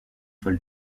folle